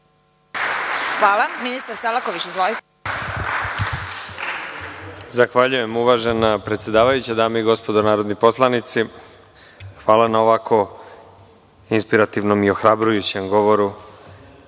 Hvala. Ministar Selaković. **Nikola Selaković** Zahvaljujem. Uvažena predsedavajuća, dame i gospodo narodni poslanici, hvala na ovako inspirativnom i ohrabrujućem govoru.